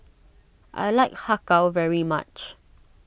I like Har Kow very much